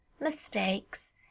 mistakes